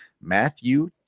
Matthew